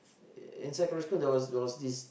in secondary school there was this